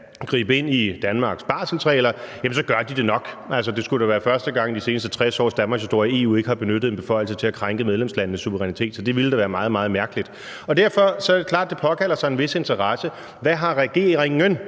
gribe ind i Danmarks barselsregler, så gør de det nok. Altså, det skulle da være første gang i de seneste 60 års danmarkshistorie, at EU ikke har benyttet en beføjelse til at krænke medlemslandenes suverænitet. Så det ville da være meget, meget mærkeligt, og derfor er det klart, at det påkalder sig en vis interesse: Hvad har regeringen,